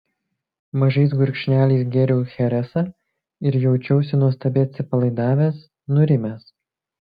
mažais gurkšneliais gėriau cheresą ir jaučiausi nuostabiai atsipalaidavęs nurimęs